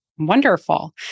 wonderful